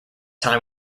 time